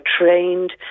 trained